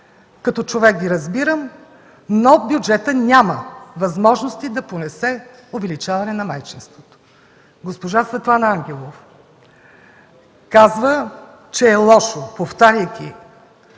Като човек Ви разбирам, но бюджетът няма възможности да понесе увеличаване на майчинските”. Госпожа Светлана Ангелова, повтаряйки